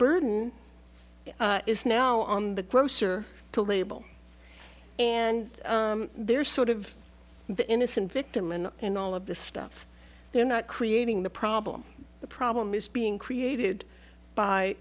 burden is now on the grocer to label and they're sort of the innocent victim and in all of this stuff they're not creating the problem the problem is being created by